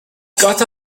got